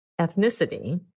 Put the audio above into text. ethnicity